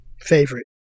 favorite